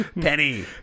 Penny